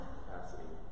capacity